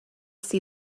see